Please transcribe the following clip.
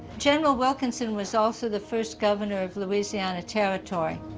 general wilkinson was also the first governor of louisiana territory,